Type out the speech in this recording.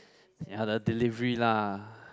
ya the delivery lah